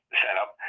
setup